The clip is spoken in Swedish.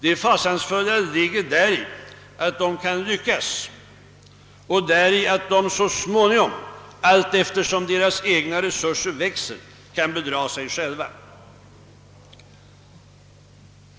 Det fasansfulla ligger däri att de kan lyckas och däri att de så småningom, allteftersom deras egna resurser växer, kan bedra sig själva.